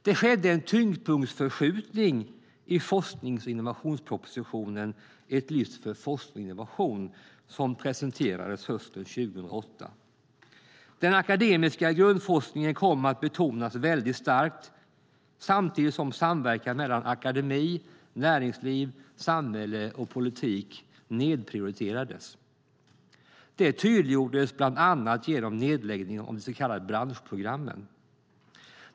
Det skedde en tyngdpunktsförskjutning i forsknings och innovationspropositionen Ett lyft för forskning och innovation som presenterades hösten 2008. Den akademiska grundforskningen kom att betonas väldigt starkt, samtidigt som samverkan mellan akademi, näringsliv, samhälle och politik nedprioriterades. Det tydliggjordes bland annat genom nedläggningen av de så kallade branschprogrammen.